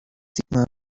sigmar